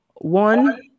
One